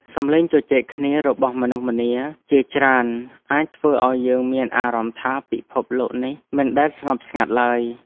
សំឡេងជជែកគ្នារបស់មនុស្សម្នាជាច្រើនអាចធ្វើឱ្យយើងមានអារម្មណ៍ថាពិភពលោកនេះមិនដែលស្ងប់ស្ងាត់ឡើយ។